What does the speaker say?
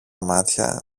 μάτια